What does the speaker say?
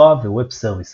SOA ו-Web Services